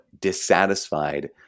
dissatisfied